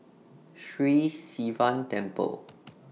Sri Sivan Temple